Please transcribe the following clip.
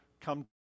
come